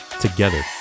together